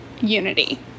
unity